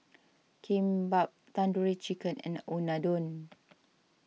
Kimbap Tandoori Chicken and Unadon